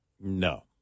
No